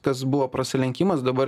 kas buvo prasilenkimas dabar